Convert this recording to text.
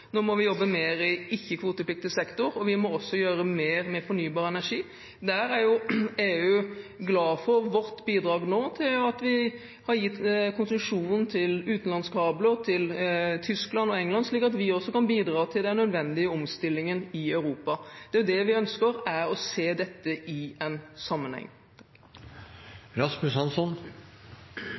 Nå må vi jobbe mer i ikke-kvotepliktig sektor, og vi må også gjøre mer med fornybar energi. Der er jo EU glad for vårt bidrag nå, at vi har gitt konsesjon til utenlandskabler til Tyskland og England, slik at vi også kan bidra til den nødvendige omstillingen i Europa. Det vi ønsker, er å se dette i en sammenheng.